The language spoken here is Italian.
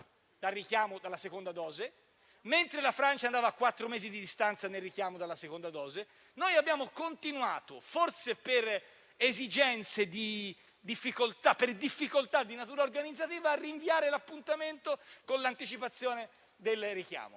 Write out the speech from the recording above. al richiamo della seconda dose, mentre la Francia passava, a quattro mesi di distanza, al richiamo della seconda dose, noi abbiamo continuato, forse per difficoltà di natura organizzativa, a rinviare l'appuntamento con l'anticipazione del richiamo.